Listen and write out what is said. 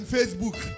Facebook